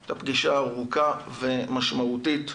הייתה פגישה ארוכה ומשמעותית.